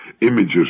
images